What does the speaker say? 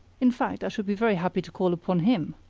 in fact, i should be very happy to call upon him.